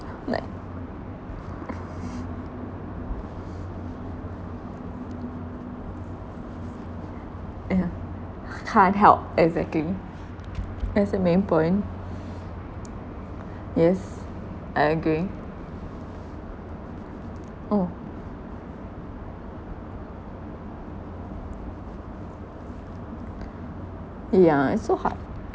like yeah can't help exactly that's the main point yes I agree oh yeah it's so hard